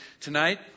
tonight